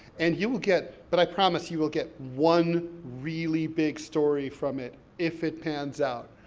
and you will get, but i promise, you will get one really big story from it, if it pans out.